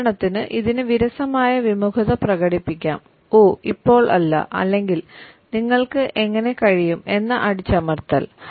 ഉദാഹരണത്തിന് ഇതിന് വിരസമായ വിമുഖത പ്രകടിപ്പിക്കാം "ഓ ഇപ്പോൾ അല്ല" അല്ലെങ്കിൽ "നിങ്ങൾക്ക് എങ്ങനെ കഴിയും" എന്ന അടിച്ചമർത്തൽ